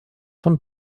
von